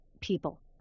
people